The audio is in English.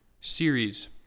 series